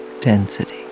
density